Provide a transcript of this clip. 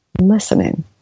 listening